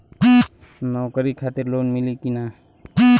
नौकरी खातिर लोन मिली की ना?